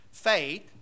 Faith